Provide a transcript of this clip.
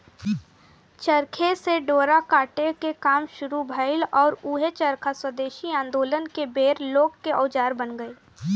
चरखे से डोरा काटे के काम शुरू भईल आउर ऊहे चरखा स्वेदेशी आन्दोलन के बेर लोग के औजार बन गईल